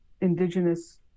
Indigenous